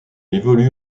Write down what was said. évolue